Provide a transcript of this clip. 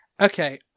Okay